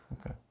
Okay